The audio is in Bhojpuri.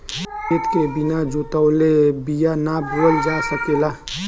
खेत के बिना जोतवले बिया ना बोअल जा सकेला